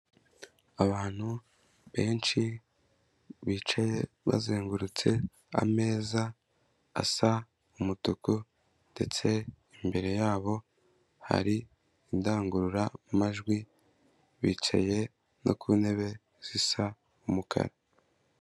Abantu benshi bicaye bazengurutse ameza asa umutuku ndetse imbere yabo hari indangururamajwi, bicaye no ku ntebe zisa umukara.